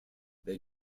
they